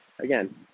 again